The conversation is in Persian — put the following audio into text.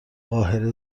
قاهره